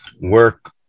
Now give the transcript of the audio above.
work